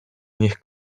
niech